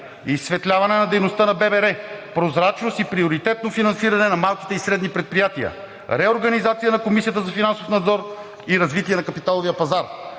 изсветляване на дейността на ББР – прозрачност и приоритетно финансиране на малките и средните предприятия; реорганизация на Комисията за финансов надзор